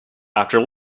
after